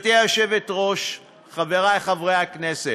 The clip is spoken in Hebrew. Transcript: אדוני היושב-ראש, חברי חברי הכנסת,